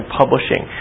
publishing